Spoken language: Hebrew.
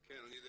כן, אני יודע.